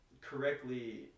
correctly